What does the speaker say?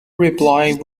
replied